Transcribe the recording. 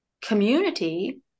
community